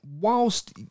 whilst